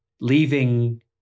leaving